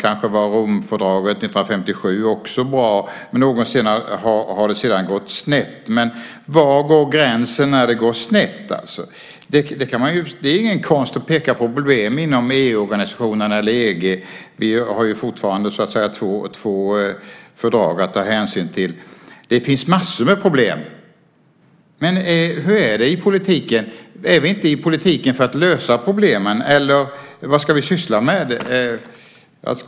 Kanske var Romfördraget 1957 också bra. Något senare har det gått snett. Men var går gränsen för när det går snett? Det är ingen konst att peka på problem inom EU-organisationen eller EG. Det är fortfarande två fördrag att ta hänsyn till. Det finns massor med problem. Hur är det i politiken? Är vi inte i politiken för att lösa problemen? Eller vad ska vi syssla med?